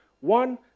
one